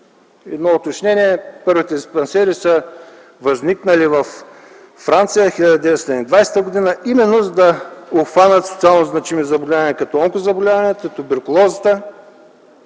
Едно уточнение: Първите диспансери са възникнали във Франция през 1920 г., именно за да обхванат социално значими заболявания като онкозаболяванията, туберкулозата,